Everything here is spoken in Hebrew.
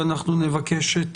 ואנחנו נבקש את